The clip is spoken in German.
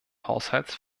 haushalts